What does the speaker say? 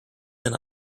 than